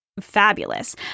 fabulous